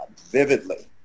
Vividly